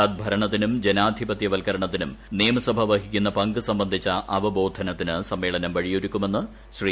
സദ്ഭരണത്തിനും ജനൌധിപത്യവൽക്കരണത്തിനും നിയമസഭ വഹിക്കുന്ന പങ്ക് സംബന്ധിച്ചു അവബോധനത്തിന് സമ്മേളനം വഴിയൊരുക്കുമെന്ന് ശ്രീ